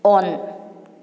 on